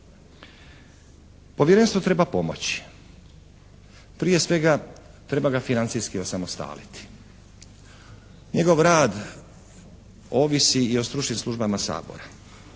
Povjerenstvo treba pomoć. Prije svega, treba ga financijski osamostaliti. Njegov rad ovisi i o stručnim službama Sabora.